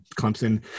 Clemson